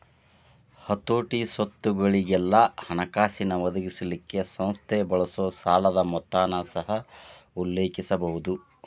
ಹತೋಟಿ, ಸ್ವತ್ತುಗೊಳಿಗೆಲ್ಲಾ ಹಣಕಾಸಿನ್ ಒದಗಿಸಲಿಕ್ಕೆ ಸಂಸ್ಥೆ ಬಳಸೊ ಸಾಲದ್ ಮೊತ್ತನ ಸಹ ಉಲ್ಲೇಖಿಸಬಹುದು